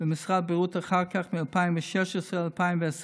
במשרד הבריאות, אחר כך, ב-2016 2020,